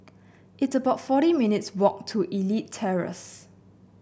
it's about forty minutes' walk to Elite Terrace